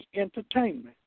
entertainment